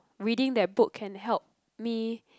reading that book can help me